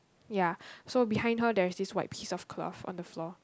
ya so behind her there's this white piece of cloth on the floor